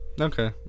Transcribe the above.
Okay